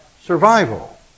survival